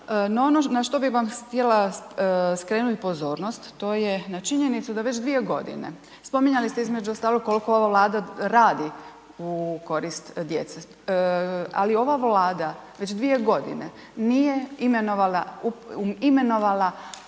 na što bi vam htjela skrenuti pozornost, to je na činjenicu da već 2.g., spominjali ste između ostalog koliko ova Vlada radi u korist djece, ali ova Vlada već 2.g. nije imenovala